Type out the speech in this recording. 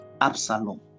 absalom